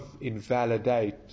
invalidate